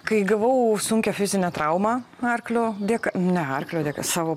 kai gavau sunkią fizinę traumą arklio dėk ne arklio dėka savo